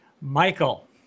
Michael